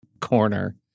corner